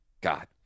God